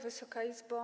Wysoka Izbo!